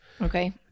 Okay